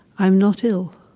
i'm not ill.